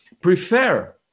prefer